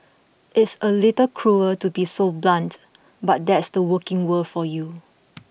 it's a little cruel to be so blunt but that's the working world for you